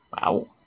Wow